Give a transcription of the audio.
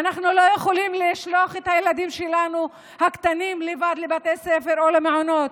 אנחנו לא יכולים לשלוח את הילדים הקטנים שלנו לבד לבתי הספר או למעונות,